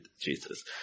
Jesus